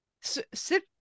sit